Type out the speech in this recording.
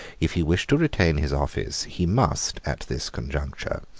if he wished to retain his office, he must, at this conjuncture,